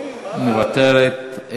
מוותרת.